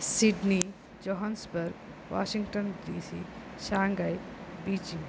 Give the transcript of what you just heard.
Sydney Johannesburg Washington D C Shanghai Beijing